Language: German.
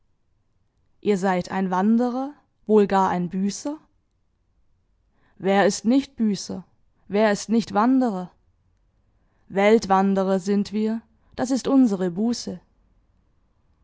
ihr seid ein wanderer wohl gar ein büßer wer ist nicht büßer wer nicht wanderer weltwanderer sind wir das ist unsere buße